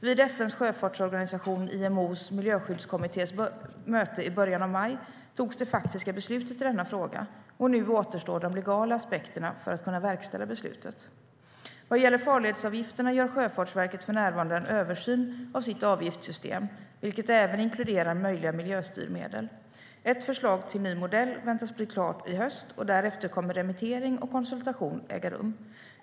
Vid FN:s sjöfartsorganisation, IMO:s, miljöskyddskommittés möte i början av maj togs det faktiska beslutet i denna fråga. Och nu återstår de legala aspekterna för att kunna verkställa beslutet. Vad gäller farledsavgifterna gör Sjöfartsverket för närvarande en översyn av sitt avgiftssystem vilket även inkluderar möjliga miljöstyrmedel. Ett förslag till ny modell väntas bli klart i höst. Därefter kommer remittering och konsultation att äga rum.